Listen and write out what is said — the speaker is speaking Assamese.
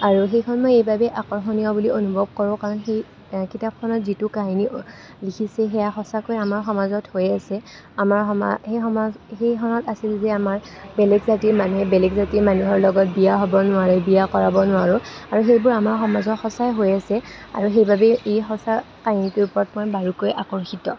আৰু সেইখন মই এইবাবেই আকৰ্ষণীয় বুলি অনুভৱ কৰোঁ কাৰণ কি কিতাপখনত যিটো কাহিনী লিখিছে সেয়া সঁচাকৈয়ে আমাৰ সমাজত হৈয়ে আছে আামাৰ সমাজ সেই সেই সময়ত আছিল যে আমাৰ বেলেগ জাতিৰ মানুহে বেলেগ জাতিৰ মানুহৰ লগত বিয়া হ'ব নোৱাৰে বিয়া কৰাব নোৱাৰো আৰু সেইবোৰ আমাৰ সমাজত সঁচায়ে হৈ আছে আৰু সেইবাবেই এই সঁচা কাহিনীটোৰ ওপৰত মই বাৰুকৈয়ে আকৰ্ষিত